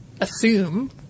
assume